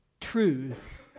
truth